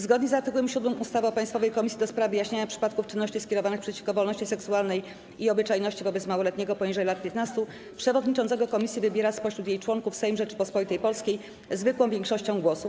Zgodnie z art. 7 ustawy o Państwowej Komisji do spraw wyjaśniania przypadków czynności skierowanych przeciwko wolności seksualnej i obyczajności wobec małoletniego poniżej lat 15 przewodniczącego komisji wybiera spośród jej członków Sejm Rzeczypospolitej Polskiej zwykłą większością głosów.